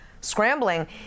scrambling